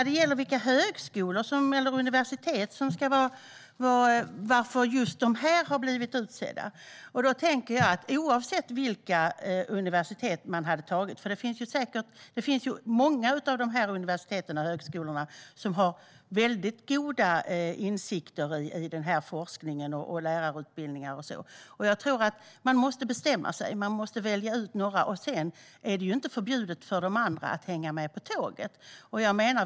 Det frågas varför just dessa universitet har blivit utsedda. Många universitet och högskolor har goda insikter i denna forskning och i lärarutbildningen. Oavsett vilka universitet man hade valt måste man ändå bestämma sig för några. Men det är inte förbjudet för övriga att hänga med på tåget.